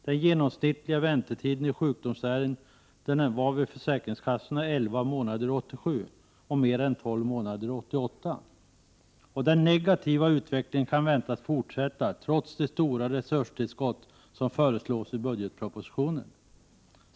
——- Den genomsnittliga väntetiden i sjukdomsärenden var i försäkringskassorna 11 månader år 1987 och mer än 12 månader år 1988. ——— Den negativa utvecklingen kan väntas fortsätta, trots de stora resurstillskott som föreslås i budgetpropositionen.